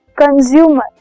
consumer